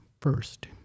first